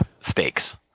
stakes